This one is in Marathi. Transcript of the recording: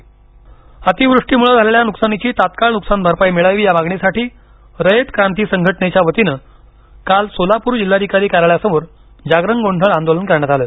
जागरण गोंधळ आंदोलन अतिवृष्टी मुळे झालेल्या नुकसानीची तात्काळ नुकसान भरपाई मिळावी या मागणीसाठी रयत क्रांती संघटनेच्या वतीनं काल सोलापूर जिल्हाधिकारी कार्यालया समोर जागरण गोंधळ आंदोलन करण्यात आलं